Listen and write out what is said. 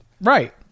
Right